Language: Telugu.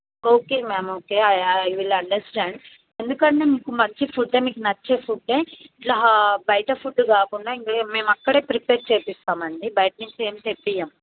okay ma'am okay I will understand ఎందుకంటే మీకు మంచి ఫుడ్డే మీకు నచ్చే ఫుడ్డే ఇట్లా బయట ఫుడ్డు కాకుండా ఇంక మేము ఇక్కడే ప్రిపేర్ చేయిస్తాం అండి బయట నుంచి ఏమి తెప్పించం